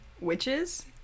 witches